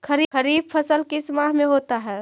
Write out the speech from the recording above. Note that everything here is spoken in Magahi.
खरिफ फसल किस माह में होता है?